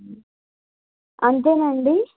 అంతేనండి